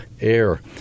air